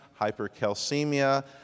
hypercalcemia